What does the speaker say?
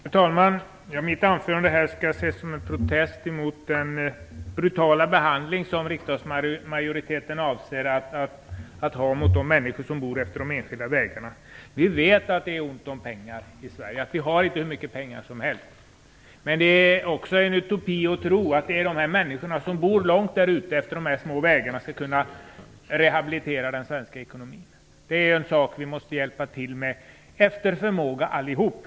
Fru talman! Mitt anförande skall ses som en protest mot den brutala behandling som riksdagsmajoriteten avser att utöva mot de människor som bor efter de enskilda vägarna. Vi vet att det är ont om pengar i Sverige, att vi inte har hur mycket pengar som helst. Men det är också en utopi att tro att de människor som bor långt därute längs de här små vägarna skall kunna rehabilitera den svenska ekonomin. Det är en sak vi måste hjälpa till med efter förmåga allihop.